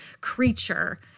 creature